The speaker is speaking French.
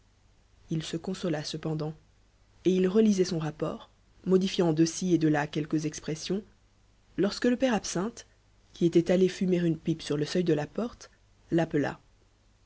il se consola cependant et il relisait son rapport modifiant de ci et de là quelques expressions lorsque le père absinthe qui était allé fumer une pipe sur le seuil de la porte l'appela